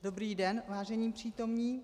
Dobrý den, vážení přítomní.